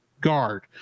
guard